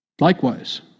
Likewise